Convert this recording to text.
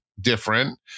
different